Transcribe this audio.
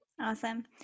Awesome